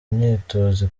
imyitozo